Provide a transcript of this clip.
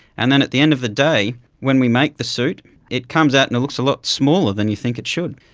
and then at the end of the day when we make the suit it comes out and it looks a lot smaller than you think it should.